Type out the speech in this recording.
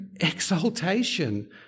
exaltation